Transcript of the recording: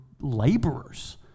laborers